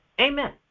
Amen